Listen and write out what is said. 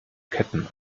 ketten